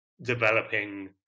developing